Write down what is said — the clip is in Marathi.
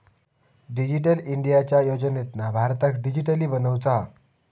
डिजिटल इंडियाच्या योजनेतना भारताक डीजिटली बनवुचा हा